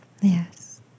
Yes